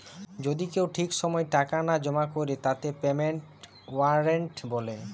যদি কেউ ঠিক সময় টাকা না জমা করে তাকে পেমেন্টের ওয়ারেন্ট বলে